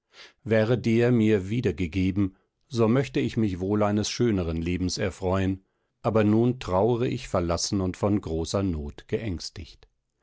wäre der mir wiedergegeben so möchte ich mich wohl eines schöneren lebens erfreuen aber nun traure ich verlassen und von großer not geängstigt